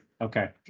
Okay